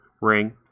ring